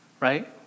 Right